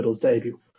debut